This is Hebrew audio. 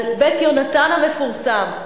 על "בית יהונתן" המפורסם,